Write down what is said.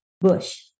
Bush